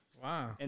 Wow